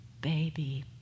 baby